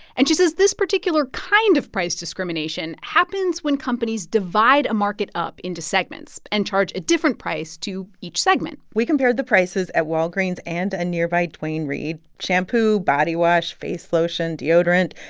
and she says this particular kind of price discrimination happens when companies divide a market up into segments and charge a different price to each segment we compared the prices at walgreens and a nearby duane reade shampoo, body wash, face lotion, deodorant,